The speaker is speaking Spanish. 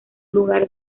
lugar